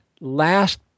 last